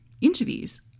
interviews